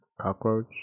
cockroach